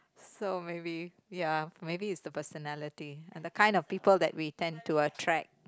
so maybe ya maybe it's the personality and the kind of people that we tend to attract